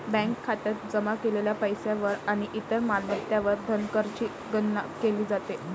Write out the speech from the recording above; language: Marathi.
बँक खात्यात जमा केलेल्या पैशावर आणि इतर मालमत्तांवर धनकरची गणना केली जाते